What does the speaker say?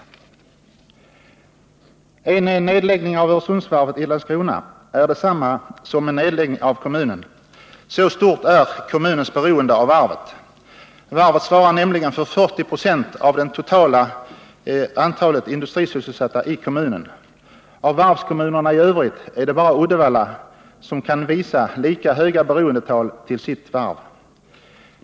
En nedläggning av Öresundsvarvet i Landskrona är detsamma som en nedläggning av kommunen. Så stort är kommunens beroende av varvet. Varvet svarar nämligen för 40 20 av det totala antalet industrisysselsatta i kommunen. Av varvskommunerna i övrigt är det bara Uddevalla som kan visa att man är lika högt beroende av sitt varv.